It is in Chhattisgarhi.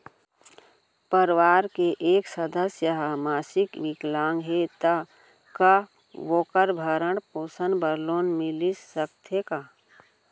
परवार के एक सदस्य हा मानसिक विकलांग हे त का वोकर भरण पोषण बर लोन मिलिस सकथे का?